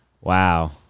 Wow